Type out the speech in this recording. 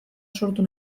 sortu